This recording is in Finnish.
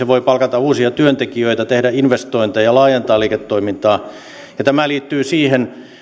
voi palkata uusia työntekijöitä tehdä investointeja laajentaa liiketoimintaa tämä liittyy siihen